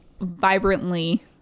vibrantly